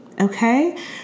Okay